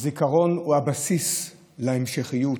הזיכרון הוא הבסיס להמשכיות.